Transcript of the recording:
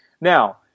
Now